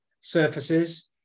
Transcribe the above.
surfaces